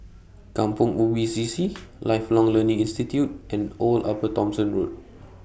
Kampong Ubi C C Lifelong Learning Institute and Old Upper Thomson Road